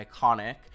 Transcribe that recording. iconic